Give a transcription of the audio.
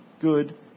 good